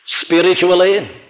Spiritually